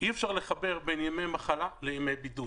אי אפשר לחבר בין ימי מחלה לימי בידוד.